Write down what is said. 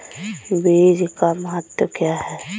बीज का महत्व क्या है?